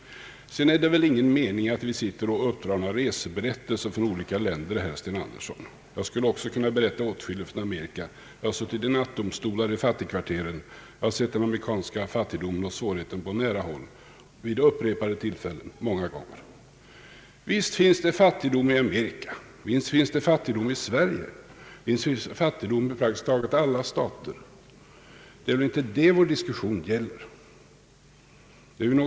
Sedan vill jag säga att det inte är någon mening med att vi drar reseberättelser från olika länder här i kammaren. Jag skulle också kunna berätta åtskilligt från Amerika. Jag har suttit i nattdomstolar i fattigkvarteren, och jag har sett den amerikanska fattigdomen och de fattigas svårigheter på nära håll och vid upprepade tillfällen. Visst finns det fattigdom i Amerika. Visst finns det fattigdom i Sverige. Visst finns det fattigdom i praktiskt taget alla länder. Det är väl inte detta vår diskussion gäller.